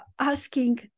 asking